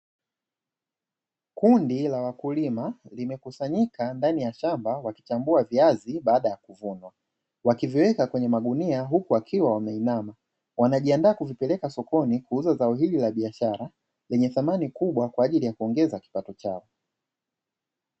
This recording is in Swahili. Kundi la wakulima limekusanyika ndani ya shamba wakichambua viazi baada ya kuvunwa, wakiviweka kwenye magunia huku akiwa wameinama wanajiandaa kuvipeleka sokoni kuuza zao hili la biashara lenye thamani kubwa kwa ajili ya kuongeza kipato chao.